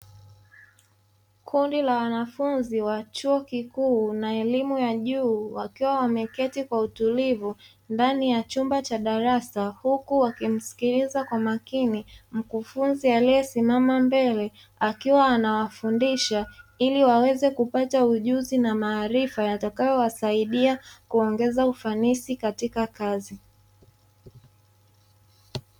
Kundi la wanafunzi wa chuo kikuu na elimu ya juu wakiwa wameketi kwa utulivu ndani ya chumba cha darasa, huku wakimsikiliza kwa makini mkufunzi aliesimama mbele, akiwa anawafundisha iliwaweze kupata ujuzi na maarifa yatakayowasaidia kuongeza ufanisi katika kazi.